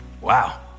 Wow